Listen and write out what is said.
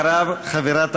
אחריו, חברת